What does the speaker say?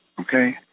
okay